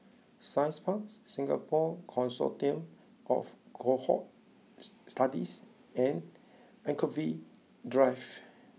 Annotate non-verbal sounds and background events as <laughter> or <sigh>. Science Park Singapore Consortium of Cohort <noise> Studies and Anchorvale Drive